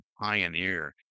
pioneer